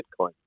Bitcoin